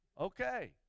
Okay